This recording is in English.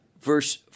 verse